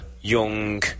young